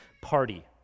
party